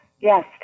Yes